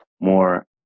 more